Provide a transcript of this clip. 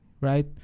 right